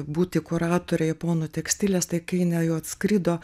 būti kuratore japonų tekstilės tai kai jinai jau atskrido